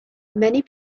many